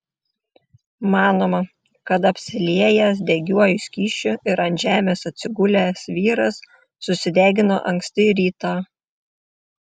manoma kad apsiliejęs degiuoju skysčiu ir ant žemės atsigulęs vyras susidegino anksti rytą